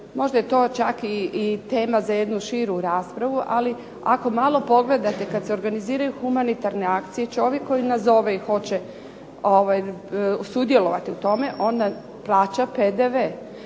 možda je to čak i tema za jednu širu raspravu. Ali ako malo pogledate kada se organiziraju humanitarne akcije, čovjek koji nazove i hoće sudjelovati u tome onda plaća PDV.